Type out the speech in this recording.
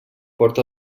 porta